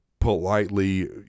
politely